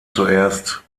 zuerst